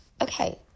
okay